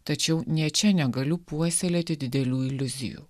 tačiau nė čia negaliu puoselėti didelių iliuzijų